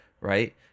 Right